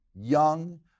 young